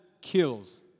kills